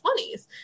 20s